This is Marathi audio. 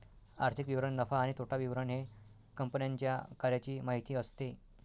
आर्थिक विवरण नफा आणि तोटा विवरण हे कंपन्यांच्या कार्याची माहिती असते